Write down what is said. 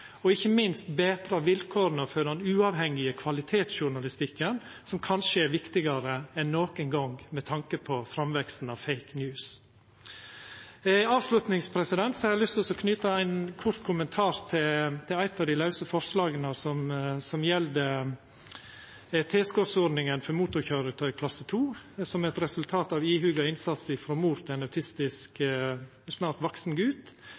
og ikkje minst betra vilkåra for den uavhengige kvalitetsjournalistikken, som kanskje er viktigare enn nokon gong med tanke på framveksten av «fake news». Avslutningsvis har eg lyst til å knyta ein kort kommentar til eit av dei lause forslaga, som gjeld tilskotsordninga for motorkøyretøy klasse 2, som er eit resultat av ihuga innsats frå mor til ein autistisk, snart vaksen gut.